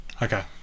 Okay